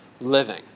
living